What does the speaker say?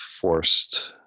forced